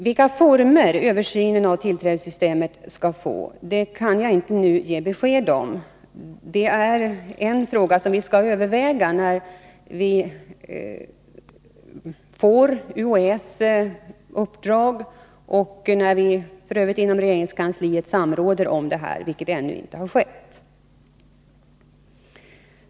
Vilka former översynen av tillträdessystemet skall få kan jag inte ge besked om. Det är en fråga som vi skall överväga i samband med UHÄ:s uppdrag 55 och när vi f. ö. inom regeringskansliet samråder om detta, vilket ännu inte har skett.